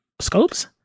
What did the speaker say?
scopes